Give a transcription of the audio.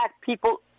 people